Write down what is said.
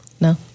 no